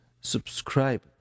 subscribe